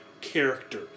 character